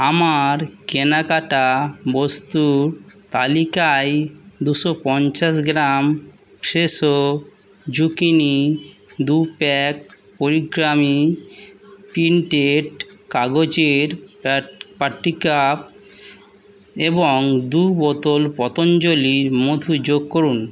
আমার কেনাকাটা বস্তুর তালিকায় দুশো পঞ্চাশ গ্রাম ফ্রেশো জুকিনি দুই প্যাক ওরিগামি প্রিন্টেড কাগজের পার্টি কাপ এবং দুই বোতল পতঞ্জলি মধু যোগ করুন